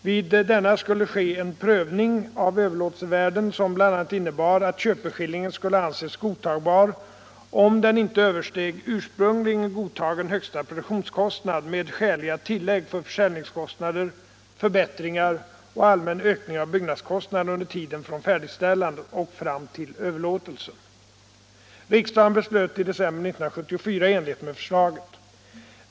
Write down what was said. Vid denna skulle ske en prövning av överlåtelsevärden som bl.a. innebar att köpeskillingen skulle anses godtagbar om den inte översteg ursprungligen godtagen högsta produktionskostnad med skäliga tillägg för försäljningskostnader, förbättringar och allmän ökning av byggnadskostnaderna under tiden från färdigställandet och fram till överlåtelsen. Riksdagen beslöt i december 1974 i enlighet med förslaget.